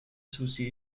susi